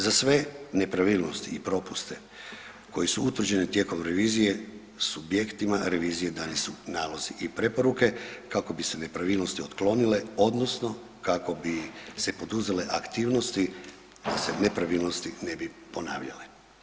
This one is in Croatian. Za sve nepravilnosti i propuste koji su utvrđeni tijekom revizije, subjektima revizije dani su nalozi i preporuke kako bi se nepravilnosti otklonile odnosno kako bi se poduzele aktivnosti da se nepravilnosti ne bi ponavljale.